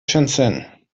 shenzhen